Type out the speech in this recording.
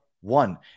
one